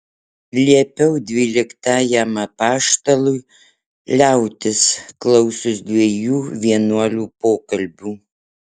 liepiau dvyliktajam apaštalui liautis klausius dviejų vienuolių pokalbių